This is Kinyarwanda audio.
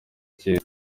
cyera